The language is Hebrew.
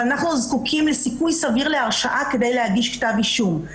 אנחנו זקוקים לסיכוי סביר להרשעה כדי להגיש כתב אישום.